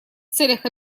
целях